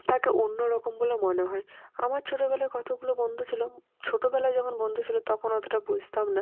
তাকে অন্য রকম বলে মনে হয় আমার ছোটোবেলার কতোগুলো বন্ধু ছিলো ছোটোবেলায় যখন বন্ধু ছিলো তখন অতোটা বুঝতাম না